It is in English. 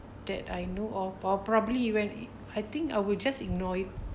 that I know of po~ probably wehen I think I will just ignore it